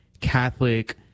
Catholic